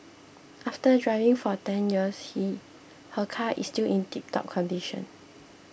after driving for ten years he her car is still in tiptop condition